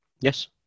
Yes